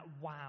wow